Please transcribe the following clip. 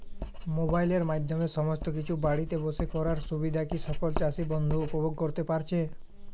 মোবাইলের মাধ্যমে সমস্ত কিছু বাড়িতে বসে করার সুবিধা কি সকল চাষী বন্ধু উপভোগ করতে পারছে?